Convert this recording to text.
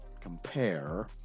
compare